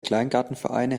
kleingartenvereine